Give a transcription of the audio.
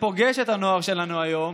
ופוגש את הנוער שלנו היום,